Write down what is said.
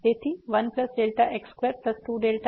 તેથી 1x22x1 2